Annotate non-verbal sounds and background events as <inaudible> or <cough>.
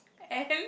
and <laughs>